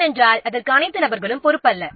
ஏனென்றால் அனைத்து நபர்களும் அதற்கு பொறுப்பல்ல